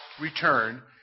return